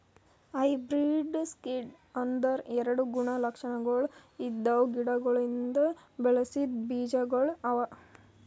hybrid seeds ಅಂದುರ್ ಎರಡು ಗುಣ ಲಕ್ಷಣಗೊಳ್ ಇದ್ದಿವು ಗಿಡಗೊಳಿಂದ್ ಬೆಳಸಿದ್ ಬೀಜಗೊಳ್ ಅವಾ